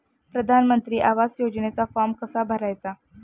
प्रधानमंत्री आवास योजनेचा फॉर्म कसा भरायचा?